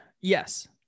yes